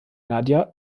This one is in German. nadja